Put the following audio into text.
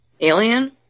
alien